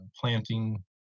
planting